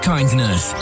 Kindness